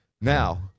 Now